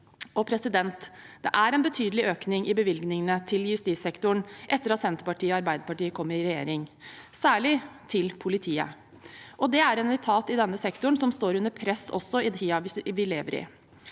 betraktelig. Det er en betydelig økning i bevilgningene til justissektoren etter at Senterpartiet og Arbeiderpartiet kom i regjering, særlig til politiet. Det er en etat i denne sektoren som står under press, også i tiden vi lever i.